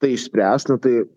tai išspręs na tai